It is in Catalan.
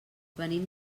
venim